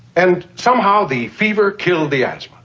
and somehow the fever killed the asthma.